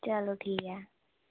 चलो ठीक